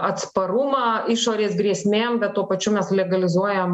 atsparumą išorės grėsmėm bet tuo pačiu mes legalizuojam